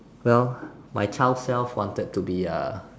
well my child self wanted to be uh